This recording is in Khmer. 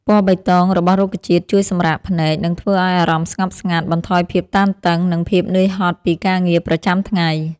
ពណ៌បៃតងរបស់រុក្ខជាតិជួយសម្រាកភ្នែក និងធ្វើឲ្យអារម្មណ៍ស្ងប់ស្ងាត់ បន្ថយភាពតានតឹង និងភាពនឿយហត់ពីការងារប្រចាំថ្ងៃ។